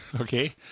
Okay